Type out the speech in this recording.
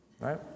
Right